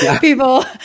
people